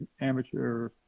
Amateur